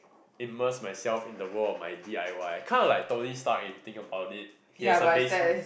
immerse myself in the world of my D_I_Y I'm kind of like Tony Stark if you think about it he has a base